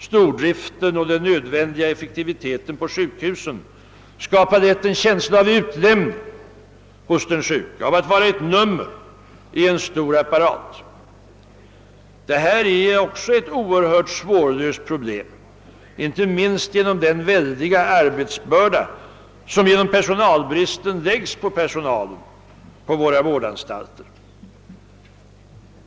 Stordriften och de nödvändiga =+effektivitetssträvandena på sjukhusen skapar lätt en känsla av utlämning hos den sjuke, av att vara ett nummer i en stor apparat. Detta är också ett oerhört svårlöst problem, inte minst på grund av den väldiga arbets börda som genom personalbristen läggs på personalen vid våra vårdanstalter.